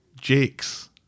Jakes